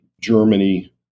Germany